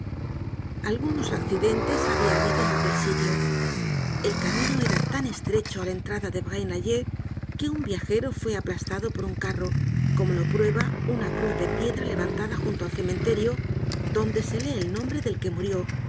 algunos accidentes habia habido en aquel sitio el camino era tan estrecho á la entrada de braine lalleud que un viajero fue aplastado por un carro como lo prueba una cruz de piedra levantada junto al cementerio donde se lee el nombre del que murió